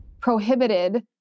prohibited